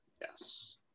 yes